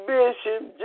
Bishop